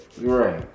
Right